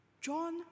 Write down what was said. John